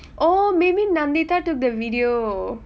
oh maybe nandita took the video